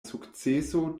sukceso